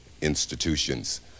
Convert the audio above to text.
institutions